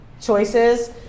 choices